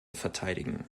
verteidigen